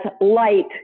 light